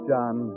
John